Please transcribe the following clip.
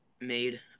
made